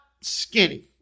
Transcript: skinny